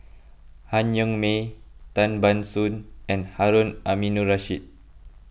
Han Yong May Tan Ban Soon and Harun Aminurrashid